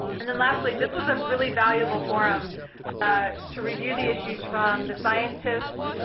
and then, lastly, this was a really valuable forum to review the issues from the scientist,